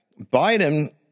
Biden